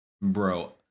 Bro